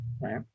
right